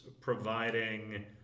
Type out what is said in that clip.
providing